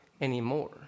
anymore